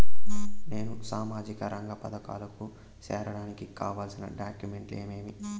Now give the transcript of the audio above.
నేను సామాజిక రంగ పథకాలకు సేరడానికి కావాల్సిన డాక్యుమెంట్లు ఏమేమీ?